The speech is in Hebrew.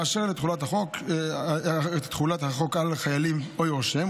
באשר לתחולת החוק על חיילים או יורשיהם,